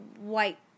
white